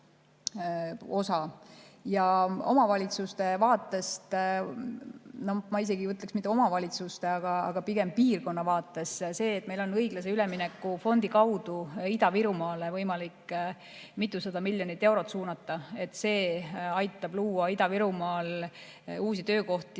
Omavalitsuste vaatest või ma isegi ütleks, mitte omavalitsuste, vaid pigem piirkonna vaatest on [tähtis], et meil on õiglase ülemineku fondi kaudu Ida-Virumaale võimalik mitusada miljonit eurot suunata. See aitab luua Ida-Virumaal uusi töökohti